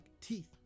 teeth